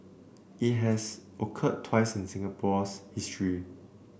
it had occurred twice in Singapore's issue